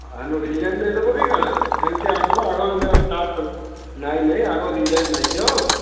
ହେନୁ ରିଜାଇନ ଦେଇଦେବ କି କାଣା ହେନ୍ତି ଆସ୍ବ ଆଗ ଇନେ ଷ୍ଟାର୍ଟ କର ନାଇଁ ନାଇଁ ଆଗ ରିଜାଇନ ନାଇଁ ଦିଅ